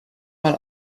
mal